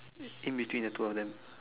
in between the two of them